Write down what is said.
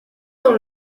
dans